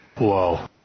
Whoa